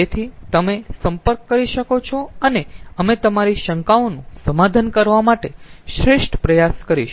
તેથી તમે સંપર્ક કરી શકો છો અને અમે તમારી શંકાઓનું સમાધાન કરવા માટે શ્રેષ્ઠ પ્રયાસ કરીશું